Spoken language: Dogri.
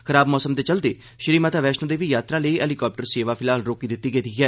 खराब मौसम दे चलदे श्रीमाता वैष्णो देवी यात्रा लेई हैलीकाप्टर सेवा फिलहाल रोकी दिती गेदी ऐ